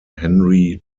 henry